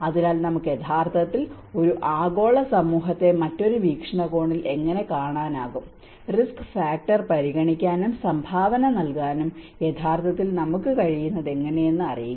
അതിനാൽ നമുക്ക് യഥാർത്ഥത്തിൽ ഒരു ആഗോള സമൂഹത്തെ മറ്റൊരു വീക്ഷണകോണിൽ എങ്ങനെ കാണാനാകും റിസ്ക് ഫാക്ടർ പരിഗണിക്കാനും സംഭാവന നൽകാനും യഥാർത്ഥത്തിൽ നമുക്ക് കഴിയുന്നത് എങ്ങനെയെന്ന് അറിയുക